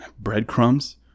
breadcrumbs